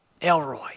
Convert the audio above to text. Elroy